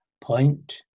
Point